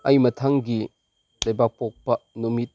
ꯑꯩ ꯃꯊꯪꯒꯤ ꯂꯩꯕꯥꯛꯄꯣꯛꯄ ꯅꯨꯃꯤꯠ